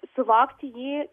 suvokti jį